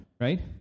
right